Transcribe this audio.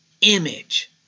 image